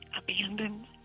abandoned